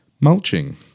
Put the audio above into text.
mulching